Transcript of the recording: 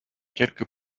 quelques